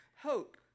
hope